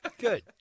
Good